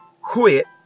quit